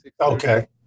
Okay